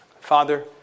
Father